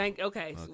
Okay